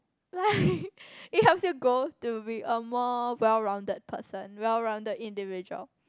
like it helps you grow to be a more well rounded person well rounded individual